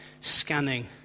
scanning